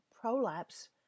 prolapse